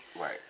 Right